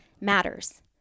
matters